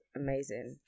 amazing